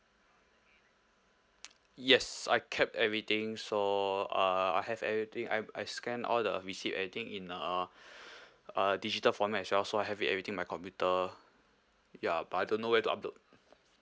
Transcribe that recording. yes I kept everything so uh I have everything I've I scanned all the receipt everything in a uh digital format as well so I have it everything in my computer ya but I don't know where to upload